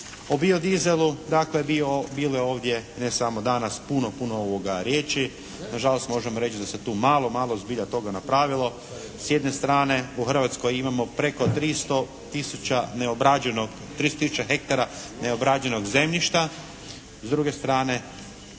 O biodizelu dakle bilo je ovdje ne samo danas puno, puno riječi. Na žalost možemo reći da se tu malo, malo zbilja toga napravilo. S jedne strane u Hrvatskoj imamo preko 300 tisuća neobrađenog, 300 tisuća hektara